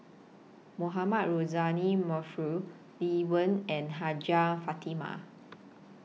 Mohamed Rozani Maarof Lee Wen and Hajjah Fatimah